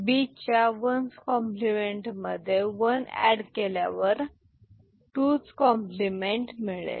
B च्या 1s complement मध्ये 1 add केल्यावर 2s कॉम्प्लिमेंट 2s compliment मिळेल